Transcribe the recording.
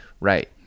right